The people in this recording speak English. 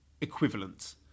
equivalent